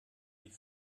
die